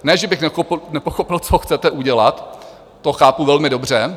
Ne že bych nepochopil, co chcete udělat, to chápu velmi dobře.